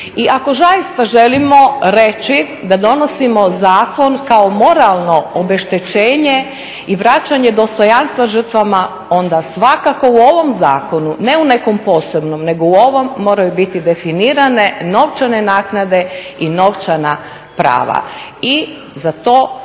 I ako zaista želimo reći da donosimo zakon kao moralno obeštećenje i vraćanje dostojanstva žrtvama, onda svakako u ovom zakonu, ne u nekom posebnom, nego u ovom moraju biti definirane novčane naknade i novčana prava. I za to